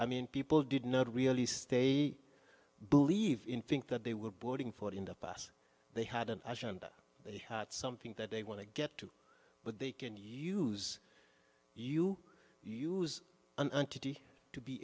i mean people did not really stay believe in think that they were boarding for in the past they had an agenda they had something that they want to get to but they can use you use an entity to be